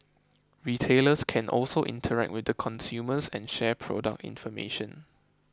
retailers can also interact with the consumers and share product information